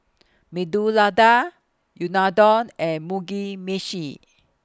Medu Unadon and Mugi Meshi